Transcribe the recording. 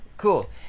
Cool